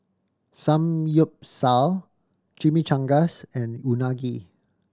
Samgyeopsal Chimichangas and Unagi